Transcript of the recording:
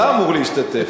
אתה אמור להשתתף.